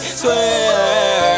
swear